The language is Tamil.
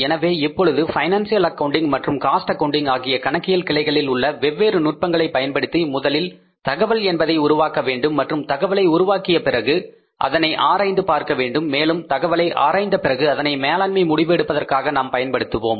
எனவே இப்பொழுது பைனான்சியல் அக்கவுன்டிங் மற்றும் காஸ்ட் அக்கவுன்டிங் ஆகிய கணக்கியல் கிளைகளில் உள்ள வெவ்வேறு நுட்பங்களை பயன்படுத்தி முதலில் தகவல் என்பதை உருவாக்க வேண்டும் மற்றும் தகவலை உருவாக்கிய பிறகு அதனை ஆராய்ந்து பார்க்க வேண்டும் மேலும் தகவலை ஆராய்ந்த பிறகு அதனை மேலாண்மை முடிவு எடுப்பதற்காக நாம் பயன்படுத்துவோம்